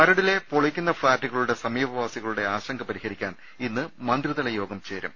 മരടിലെ പൊളിക്കുന്ന ഫ്ളാറ്റുകളുടെ സമീപവാസികളുടെ ആശങ്ക പരിഹരിക്കാൻ ഇന്ന് മന്ത്രിതല യോഗം ചേരും